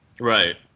Right